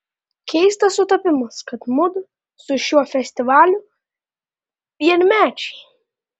keistas sutapimas kad mudu su šiuo festivaliu vienmečiai